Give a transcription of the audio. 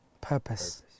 Purpose